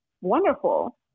wonderful